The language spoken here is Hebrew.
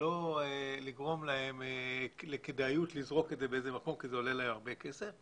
ולא לגרום להם לכדאיות לזרוק את זה באיזה מקום כי זה עולה הרבה כסף,